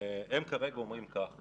הם אומרים שכל